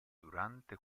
durante